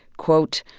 quote,